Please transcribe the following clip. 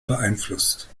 beeinflusst